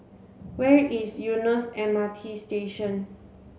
where is Eunos M R T Station